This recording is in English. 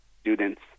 students